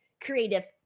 creative